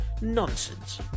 Nonsense